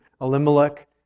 Elimelech